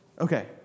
Okay